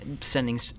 sending